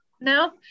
No